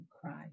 cry